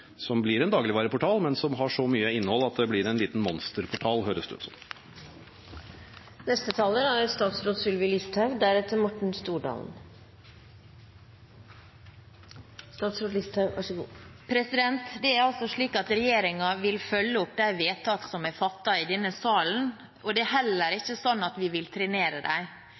som blir en dagligvareportal, men som har så mye innhold at det blir en liten monsterportal. Det er altså slik at regjeringen vil følge opp de vedtak som er fattet i denne salen, og det er heller ikke slik at vi vil trenere